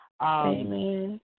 Amen